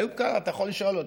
איוב קרא, אתה יכול לשאול אותה,